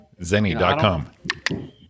Zenny.com